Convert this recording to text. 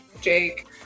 Jake